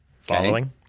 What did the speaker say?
Following